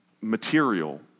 material